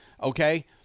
okay